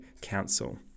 Council